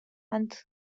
and